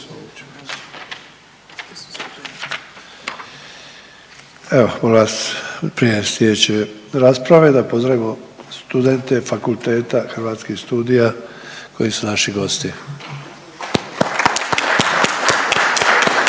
Evo prije sljedeće rasprave da pozdravimo studente Fakulteta Hrvatskih studija koji su naši gosti.